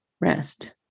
Rest